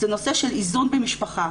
זה נושא של איזון במשפחה.